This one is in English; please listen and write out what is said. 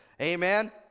Amen